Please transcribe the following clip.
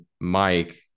Mike